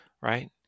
right